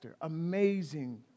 amazing